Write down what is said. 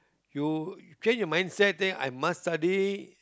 you change your mindset say I must study